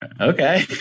okay